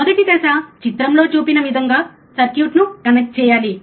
మొదటి దశ చిత్రంలో చూపిన విధంగా సర్క్యూట్ను కనెక్ట్ చేయాలి